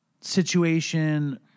situation